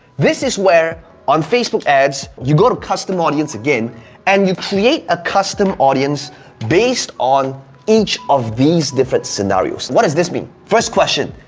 this is where on facebook ads you go to custom audience again and you create a custom audience based on each of these different scenarios. what does this mean? first question,